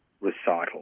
recital